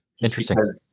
interesting